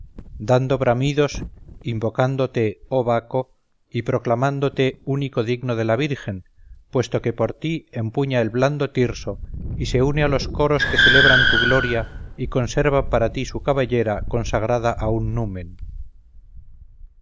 dando bramidos invocándote oh baco y proclamándote único digno de la virgen puesto que por ti empuña el blando tirso y se une a los coros que celebran tu gloria y conserva para ti su cabellera consagrada a tu numen